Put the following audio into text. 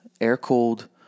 air-cooled